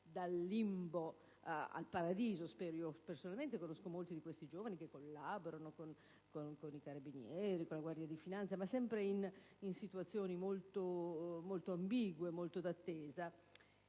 limbo al paradiso. Personalmente conosco molti di questi giovani che collaborano con i Carabinieri e con la Guardia di finanza, ma sempre in situazioni molto ambigue e precarie.